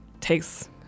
takes